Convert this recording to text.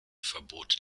verbot